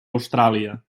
austràlia